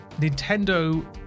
Nintendo